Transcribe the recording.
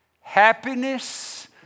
Happiness